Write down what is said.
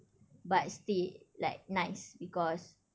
but still like nice because